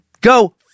Go